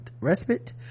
respite